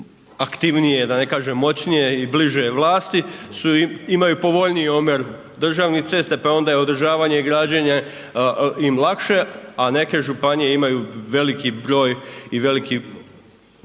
kažem moćnije i bliže vlasti su, imaju povoljniji omjer državnih cesta pa je onda održavanje i građenje im lakše, a neke županije imaju veliki broj i veliki